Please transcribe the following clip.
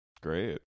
Great